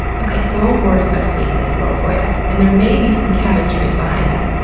okay, so ol' ward investigated this a little for ya, and there may be some chemistry behind this.